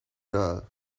girl